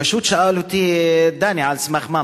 פשוט שאל אותי דני: על סמך מה?